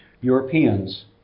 Europeans